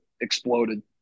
exploded